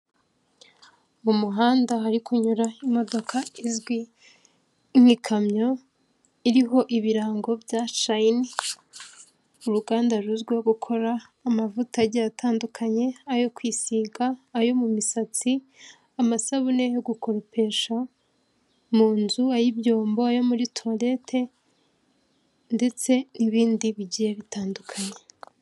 Mu muhanda hari kunyura imodoka izwi nk'ikamyo, iriho ibirango bya shayini, uruganda ruzwiho gukora amavuta agiye atandukanye ayo kwisiga, ayo mu misatsi, amasabune yo gukoropesha mu nzu, ay'ibyombo, ayo muri tuwalete ndetse n'ibindi bigiye bitandukanye.